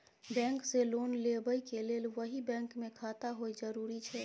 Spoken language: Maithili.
बैंक से लोन लेबै के लेल वही बैंक मे खाता होय जरुरी छै?